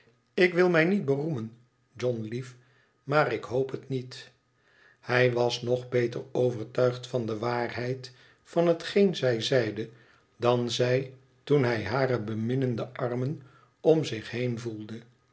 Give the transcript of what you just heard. ik wil mij niet beroemen john lief maar ik hoop het niet hij was nog beter overtuigd van de waarheid van hetgeen zij zeide dan zij toen hij hare jbeminnende armen om zich heen voelde